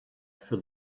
for